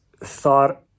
thought